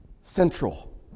central